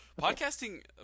Podcasting